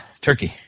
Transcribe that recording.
Turkey